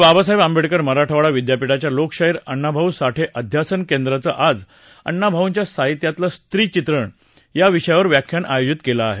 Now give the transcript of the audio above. बाबासाहेब आंबेडकर मराठवाडा विद्यापीठाच्या लोकशाहीर अण्णाभाऊ साठे अध्यासन केंद्रानं आज अण्णा भाऊंच्या साहित्यातलं स्त्री चित्रण या विषयावर व्याख्यान आयोजित केलं आहे